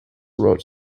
wrote